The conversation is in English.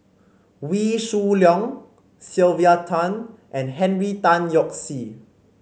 Wee Shoo Leong Sylvia Tan and Henry Tan Yoke See